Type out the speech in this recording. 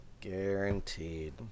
Guaranteed